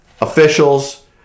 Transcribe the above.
Officials